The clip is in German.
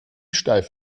steif